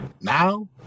Now